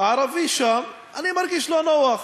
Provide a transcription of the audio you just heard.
ערבי שם, אני מרגיש לא נוח.